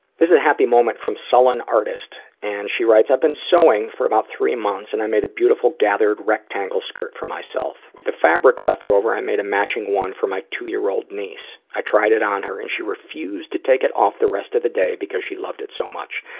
this is a happy moment from sullen artist and she writes i've been sewing for about three months and i made a beautiful gathered rectangle skirt for myself. with the fabric leftover, i made a matching one for my two year old niece. i tried it on her, and she refused to take it off the rest of the day because she loved it so much.